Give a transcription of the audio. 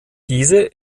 diese